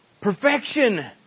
perfection